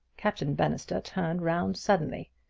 captain bannister turned round suddenly.